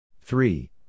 Three